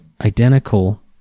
identical